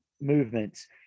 movements